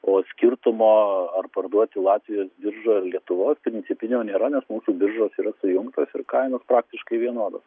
o skirtumo ar parduoti latvijos biržoj lietuvos principinio nėra nes mūsų biržos yra sujungtos ir kainos praktiškai vienodos